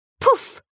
Poof